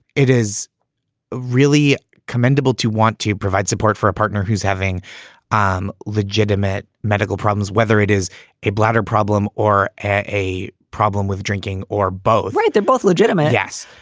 it is really commendable to want to provide support for a partner who's having um legitimate medical problems, whether it is a bladder problem or a problem with drinking or both. right. they're both legitimate. yes.